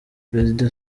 perezida